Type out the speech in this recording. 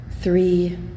three